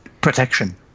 protection